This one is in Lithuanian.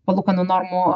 palūkanų normų